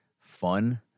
fun